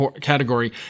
category